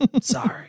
Sorry